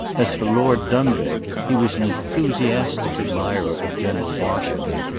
as for lord dunbeg, he was an enthusiastic admirer of general washington,